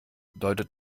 deutet